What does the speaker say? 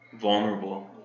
Vulnerable